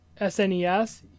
SNES